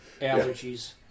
allergies